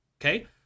Okay